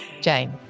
Jane